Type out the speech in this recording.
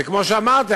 וכמו שאמרתי,